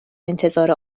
انتظار